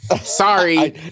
Sorry